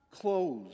clothes